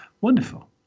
Wonderful